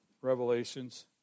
Revelations